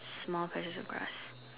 small places of grass